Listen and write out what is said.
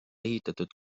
ehitatud